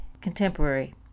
contemporary